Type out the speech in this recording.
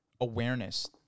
awareness